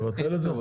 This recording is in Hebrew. לבטל את זה?